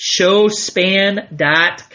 showspan.com